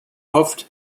hofft